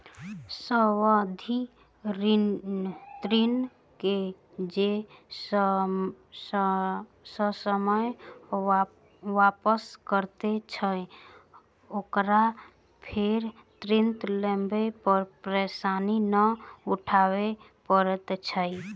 सावधि ऋण के जे ससमय वापस करैत छै, ओकरा फेर ऋण लेबा मे परेशानी नै उठाबय पड़ैत छै